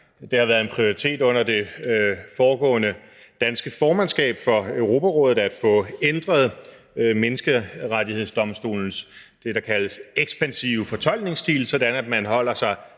Det har været en prioritet under det foregående danske formandskab for Europarådet at få ændret Menneskerettighedsdomstolens ekspansive fortolkningsstil, som det kaldes,